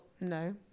no